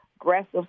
aggressive